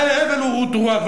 זה הבל ורעות רוח.